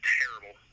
terrible